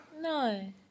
No